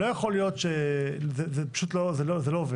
לא יכול להיות, זה פשוט לא עובד.